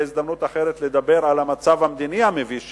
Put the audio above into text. תהיה הזדמנות אחרת לדבר על המצב המדיני המביש שלנו,